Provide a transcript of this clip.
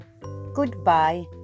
goodbye